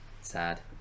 Sad